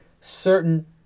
certain